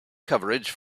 coverage